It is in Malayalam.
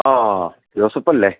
ആ ജോസഫ് അല്ലെ